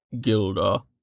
Gilda